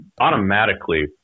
automatically